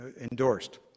endorsed